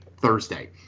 thursday